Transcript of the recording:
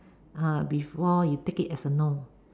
uh before you take it as a norm